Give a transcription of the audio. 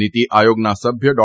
નીતી આયોગના સભ્ય ડો